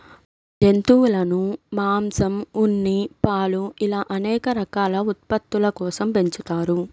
జంతువులను మాంసం, ఉన్ని, పాలు ఇలా అనేక రకాల ఉత్పత్తుల కోసం పెంచుతారు